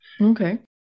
Okay